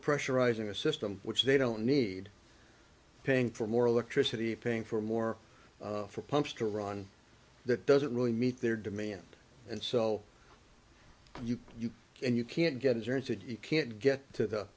pressurizing a system which they don't need paying for more electricity paying for more for pumps to run that doesn't really meet their demand and so you you and you can't get insurance and you can't get to the